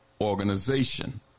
organization